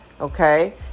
okay